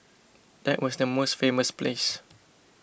that was the most famous place